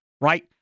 right